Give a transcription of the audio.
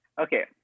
okay